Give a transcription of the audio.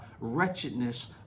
wretchedness